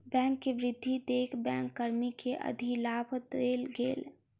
bank के वृद्धि देख बैंक कर्मी के अधिलाभ देल गेल